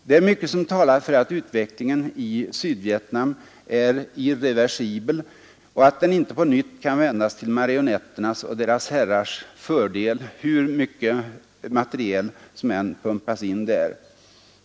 Det är mycket som talar för att utvecklingen i Sydvietnam är irreversibel — att den inte på nytt kan vändas till marionetternas och deras herrars fördel, hur mycket materiel som än pumpas in där.